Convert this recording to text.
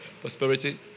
prosperity